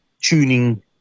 tuning